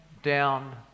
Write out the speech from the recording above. down